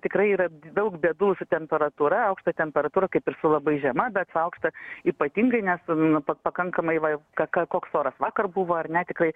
tikrai yra daug bėdų su temperatūra aukšta temperatūra kaip ir su labai žema bet su aukšta ypatingai nes nu pa pakankamai va ka koks oras vakar buvo ar ne tikrai